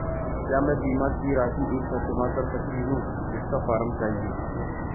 क्या मैं बीमा की राशि एक साथ जमा कर सकती हूँ इसका फॉर्म चाहिए?